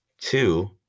two